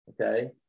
Okay